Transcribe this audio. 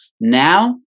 Now